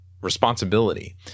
responsibility